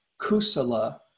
kusala